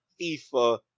FIFA